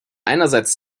einerseits